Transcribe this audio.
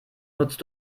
nutzt